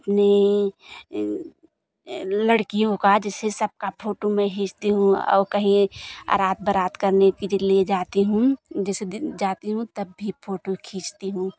अपने लड़कियों का जैसे सबकी फोटो मैं खींचती हूँ औ कहीं अरात बरात करने के लिए जाती हूँ जैसे दिन जाती हूँ तब भी फोटो खींचती हूँ